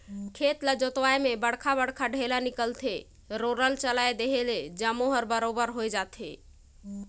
खेत ल जोतवाए में बड़खा बड़खा ढ़ेला निकलथे, रोलर चलाए देहे ले जम्मो हर बरोबर होय जाथे